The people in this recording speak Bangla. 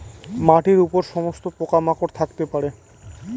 মাটির উপর সমস্ত পোকা মাকড় থাকতে পারে